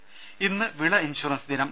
രുദ ഇന്ന് വിള ഇൻഷൂറൻസ് ദിനം